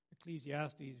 Ecclesiastes